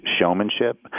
showmanship